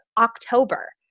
October